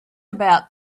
about